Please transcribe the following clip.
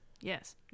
Yes